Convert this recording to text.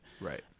Right